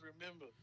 remember